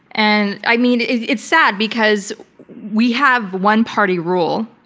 and i mean, it's sad because we have one party rule,